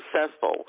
successful